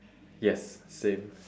yes same